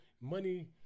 money